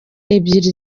ebyiri